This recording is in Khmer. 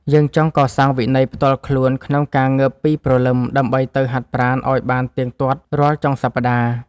យើងចង់កសាងវិន័យផ្ទាល់ខ្លួនក្នុងការងើបពីព្រលឹម ដើម្បីទៅហាត់ប្រាណឱ្យបានទៀងទាត់រាល់ចុងសប្តាហ៍។